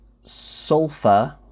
sulfur